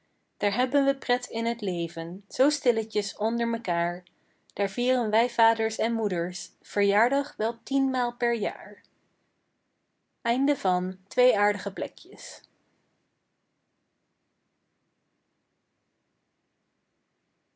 daar hebben we pret in het leven zoo stilletjes onder mekaêr daar vieren wij vaders en moeders verjaardag wel tienmaal per jaar